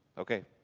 okay.